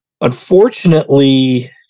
Unfortunately